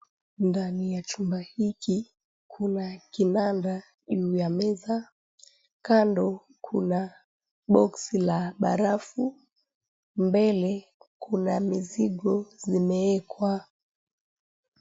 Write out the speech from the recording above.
Ndani ya chumba hiki kuna kinanda juu ya meza. Kando kuna boksi 𝑙𝑎 barafu, mbele kuna mizigo 𝑧𝑖meekwa.